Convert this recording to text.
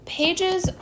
pages